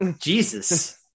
Jesus